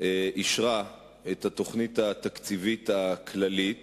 אישרה את התוכנית התקציבית הכללית